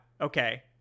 Okay